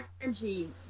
energy